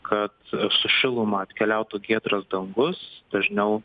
kad su šiluma atkeliautų giedras dangus dažniau